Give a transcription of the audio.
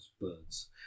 birds